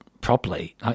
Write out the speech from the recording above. properly